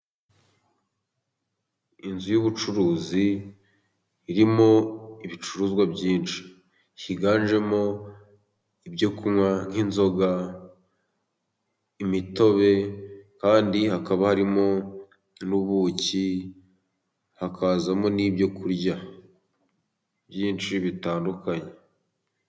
Inzu y'ubucuruzi irimo ibicuruzwa byinshi, higanjemo ibyo kunywa nk'inzoga, imitobe kandi hakaba harimo n'ubuki, hakazamo n'ibyo kurya byinshi bitandukanye.